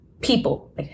people